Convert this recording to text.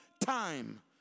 time